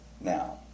now